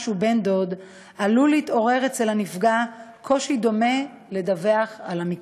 שהוא בן-דוד עלול להתעורר אצל הנפגע קושי דומה לדווח על המקרה.